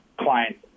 clients